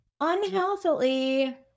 unhealthily